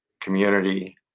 community